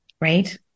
right